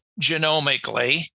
genomically